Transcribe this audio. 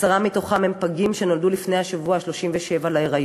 10% מתוכם הם פגים שנולדו לפני השבוע ה-37 להיריון.